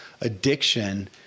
addiction